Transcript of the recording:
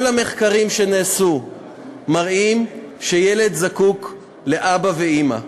כל המחקרים שנעשו מראים שילד זקוק לאבא ואימא.